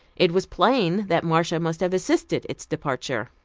it was plain that marcia must have assisted its departure.